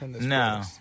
no